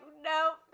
no